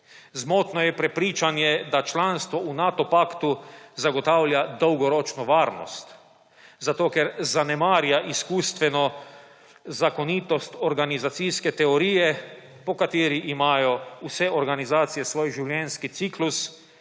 Zmotno je prepričanje, da članstvo v Nato paktu zagotavlja dolgoročno varnost, zato ker zanemarja izkustveno zakonitost organizacijske teorije, po kateri imajo vse organizacije svoj življenjski ciklus